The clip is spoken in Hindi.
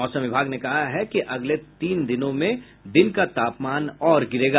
मौसम विभाग ने कहा है कि अगले तीन दिनों में दिन का तापमान और गिरेगा